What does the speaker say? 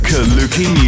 Kaluki